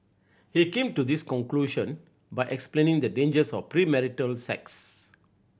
he came to this conclusion by explaining the dangers of premarital sex